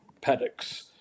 paddocks